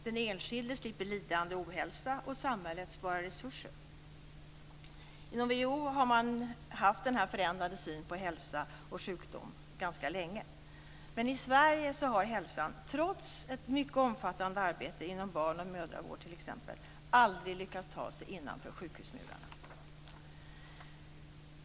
Den enskilde slipper lidande och ohälsa, och samhället sparar resurser. Inom WHO har man haft denna förändrade syn på hälsa och sjukdom ganska länge. Men i Sverige har hälsan trots ett mycket omfattande arbete inom t.ex. barn och mödravård aldrig lyckats ta sig innanför sjukhusmurarna.